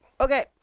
Okay